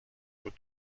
بود